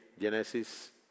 Genesis